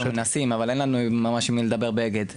אנחנו מנסים אבל אין לנו ממש עם מי לדבר באגד.